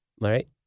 right